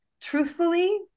truthfully